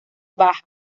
baja